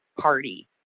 party